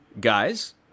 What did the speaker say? guys